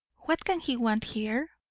what can he want here?